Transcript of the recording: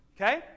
Okay